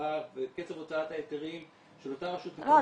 והמסירה וקצב הוצאת ההיתרים של אותה רשות מקומית --- לא,